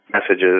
messages